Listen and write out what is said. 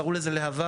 קראו לזה להבה,